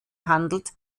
handelt